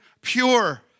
pure